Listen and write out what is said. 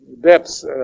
depths